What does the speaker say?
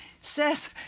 says